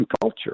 culture